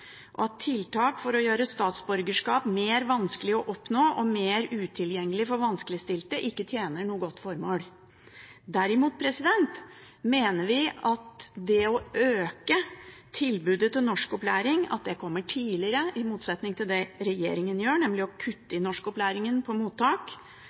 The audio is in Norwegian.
og at tiltak for å gjøre statsborgerskap vanskeligere å oppnå og mer utilgjengelig for vanskeligstilte, ikke tjener noe godt formål. Derimot vil vi øke tilbudet om norskopplæring, og vi vil at det skal komme tidligere, i motsetning til det regjeringen gjør, nemlig å kutte i norskopplæringen på mottak.